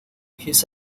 his